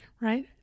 right